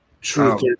Truth